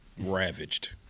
ravaged